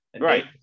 Right